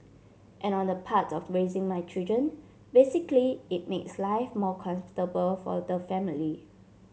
and on the part of raising my children basically it makes life more comfortable for the family